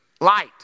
light